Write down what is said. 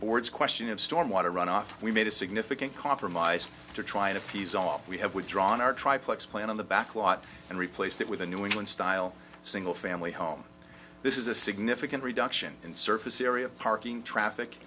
board's question of storm water runoff we made a significant compromise to try and appease all we have withdrawn our tri plex plant on the back lot and replaced it with a new england style single family home this is a significant reduction in surface area parking traffic